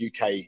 UK